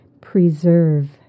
preserve